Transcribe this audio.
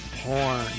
porn